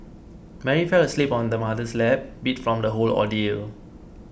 Mary fell asleep on her mother's lap beat from the whole ordeal